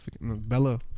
Bella